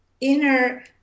inner